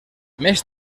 més